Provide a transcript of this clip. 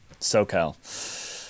SoCal